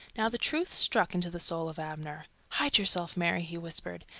now the truth struck into the soul of abner. hide yourself, mary, he whispered.